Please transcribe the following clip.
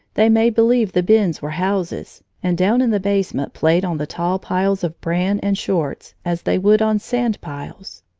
they made believe the bins were houses, and down in the basement played on the tall piles of bran and shorts as they would on sand piles.